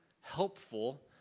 helpful